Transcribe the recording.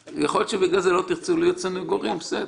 יכול להיות שבגלל זה לא תרצו להיות סניגורים אבל זה בסדר.